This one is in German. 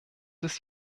ist